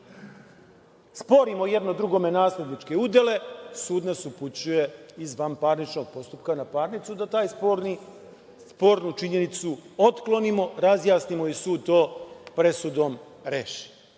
sporimo jedno drugome nasledničke udele, sud nas upućuje iz vanparničnog postupka na parnicu da tu spornu činjenicu otklonimo, razjasnimo i sud to presudom reši.